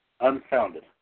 Unfounded